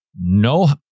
no